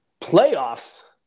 playoffs